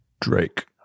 Drake